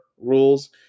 rules